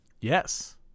yes